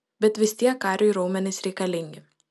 bet vis tiek kariui raumenys reikalingi